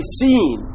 seen